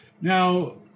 Now